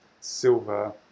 silver